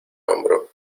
hombro